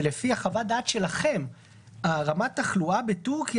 שלפי חוות הדעת שלכם רמת התחלואה בטורקיה